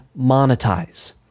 monetize